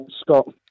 Scott